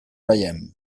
veiem